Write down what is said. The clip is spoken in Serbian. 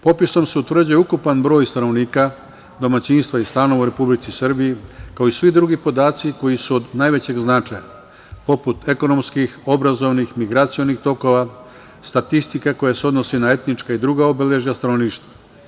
Popisom se utvrđuje ukupan broj stanovnika, domaćinstva i stanova u Republici Srbiji, kao i svi drugi podaci koji su od najvećeg značaja, poput ekonomskih, obrazovnih, migracionih tokova, statistika koja se odnosi na etnička i druga obeležja stanovništva.